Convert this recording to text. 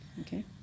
Okay